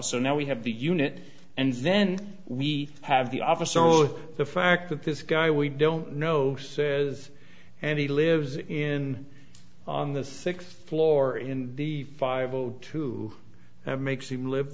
so now we have the unit and then we have the officer the fact that this guy we don't know of and he lives in on the sixth floor in the five o two makes him live